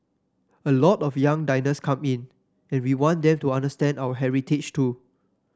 a lot of young diners come in and we want them to understand our heritage too